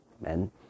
men